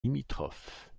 limitrophes